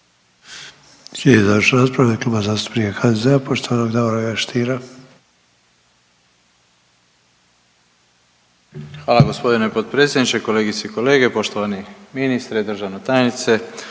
Hvala g. potpredsjedniče. Kolegice i kolege, poštovani ministre, državna tajnice.